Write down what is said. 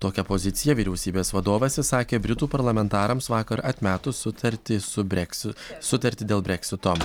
tokią poziciją vyriausybės vadovas išsakė britų parlamentarams vakar atmetus sutartį su breksi sutartį dėl breksito